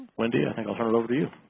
wendy i think i'll turn it over to you.